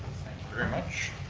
very much.